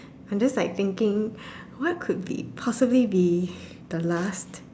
I'm just like thinking what could be possibly be the last